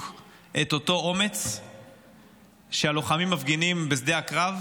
את אותו האומץ שהלוחמים מפגינים בשדה הקרב.